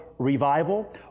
revival